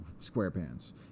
SquarePants